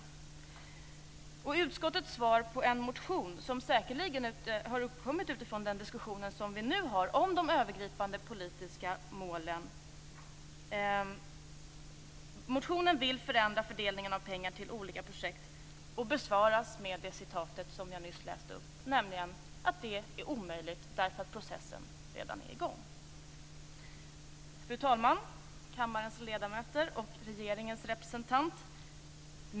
Detta var utskottets svar på en motion som säkerligen uppkommit utifrån den diskussion som vi nu har om de övergripande politiska målen. Motionen vill förändra fördelningen av pengar till olika projekt och besvaras med det stycke som jag nyss läste upp, nämligen att det är omöjligt därför att processen redan är i gång. Fru talman, kammarens ledamöter och regeringens representant!